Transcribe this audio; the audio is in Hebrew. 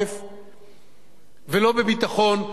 ולא בביטחון, הפכה אותו לכלי פוליטי.